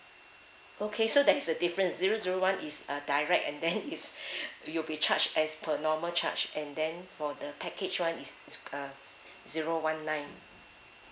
okay so that is a difference zero zero one is uh direct and then is you'll be charged as per normal charge and then for the package [one] is uh zero one nine